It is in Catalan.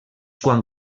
quan